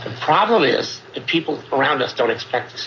problem is that people around us don't expect us